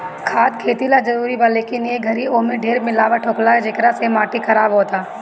खाद खेती ला जरूरी बा, लेकिन ए घरी ओमे ढेर मिलावट होखेला, जेकरा से माटी खराब होता